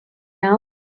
now